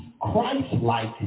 Christ-like